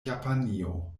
japanio